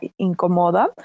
incomoda